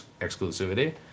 exclusivity